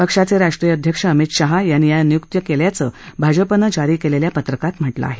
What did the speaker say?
पक्षाचे राष्ट्रीय अध्यक्ष अमित शाह यांनी या निय्क्ती केल्याचं भाजपने जारी केलेल्या पत्रकात म्हटलं आहे